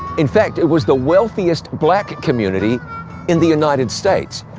in fact, it was the wealthiest black community in the united states.